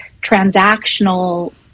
transactional